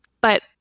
But-